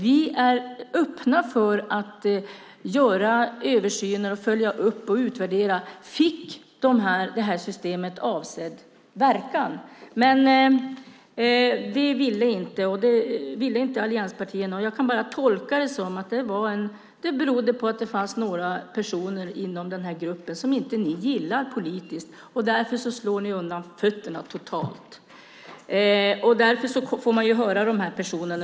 Vi är öppna för att göra översyner, uppföljningar och utvärderingar om detta system fick avsedd verkan. Men det ville inte allianspartierna. Jag kan bara tolka det som att det berodde på att det fanns några personer inom denna grupp som ni inte gillar politiskt. Därför slår ni undan fötterna för detta totalt. Därför får man höra dessa personer.